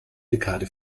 dekade